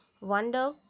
wonder